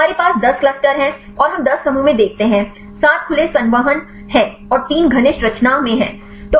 हमारे पास 10 क्लस्टर हैं और हम 10 समूहों को देखते हैं 7 खुले संवहन हैं और 3 घनिष्ठ रचना में हैं